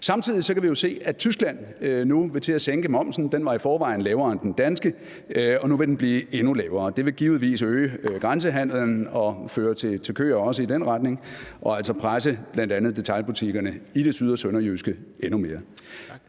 Samtidig kan vi jo se, at Tyskland nu vil til at sænke momsen, som i forvejen var lavere end den danske, og som nu vil blive endnu lavere. Det vil givetvis øge grænsehandelen og også føre til køer i den retning og altså presse bl.a. detailbutikkerne i det syd- og sønderjyske endnu mere.